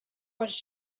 was